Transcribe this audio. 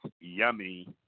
Yummy